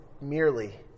merely